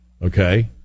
Okay